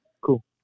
Cool